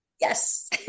Yes